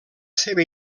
seva